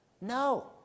No